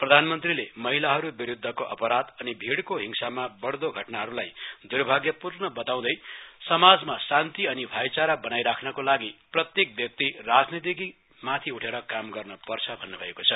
प्रधानमन्त्रीले महिलाहरू विरूद्धको अपराध अनि भीड़को हिंसामा बढ़दो घटनाहरूलाई दुर्भाग्यपूर्ण बताउदै समाजमा शान्ति अनि भाईचारा बनाइराख्नका लागि प्रत्येक व्यक्ति राजवितिदेखि माथि उठेर काम गर्न पर्छ भन्न्भएको छ